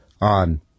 on